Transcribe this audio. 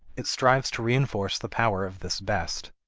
it strives to reinforce the power of this best.